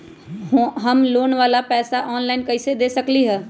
हम लोन वाला पैसा ऑनलाइन कईसे दे सकेलि ह?